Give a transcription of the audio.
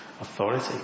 authority